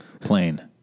Plain